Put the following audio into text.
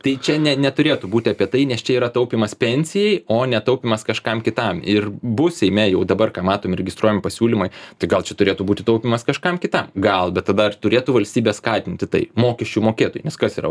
tai čia ne neturėtų būti apie tai nes čia yra taupymas pensijai o ne taupymas kažkam kitam ir bus seime jau dabar ką matom registruojami pasiūlymai tai gal čia turėtų būti taupymas kažkam kitam gal bet tada ar turėtų valstybė skatinti tai mokesčių mokėtojai nes kas yra